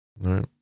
right